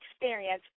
experience